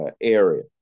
area